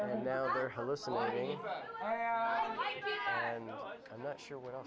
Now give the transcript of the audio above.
and now i know i'm not sure what